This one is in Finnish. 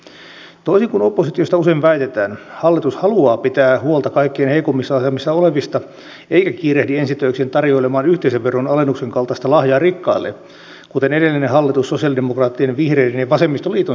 toisin kuin oppositiosta usein väitetään hallitus haluaa pitää huolta kaikkein heikoimmassa asemassa olevista eikä kiirehdi ensi töikseen tarjoilemaan yhteisöveron alennuksen kaltaista lahjaa rikkaille kuten edellinen hallitus sosialidemokraattien ja vihreiden ja vasemmistoliiton siunauksella teki